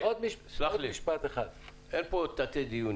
מה קורה אם יש לתלמיד מבחן בגרות באותו יום?